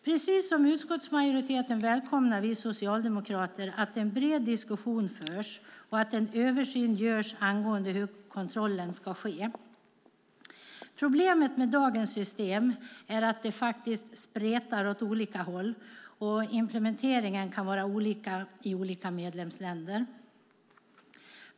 Precis som utskottsmajoriteten välkomnar vi socialdemokrater att en bred diskussion förs och att en översyn görs av hur kontrollen ska ske. Problemet med dagens system är att det faktiskt spretar åt olika håll och att implementeringen kan vara olika i olika medlemsländer.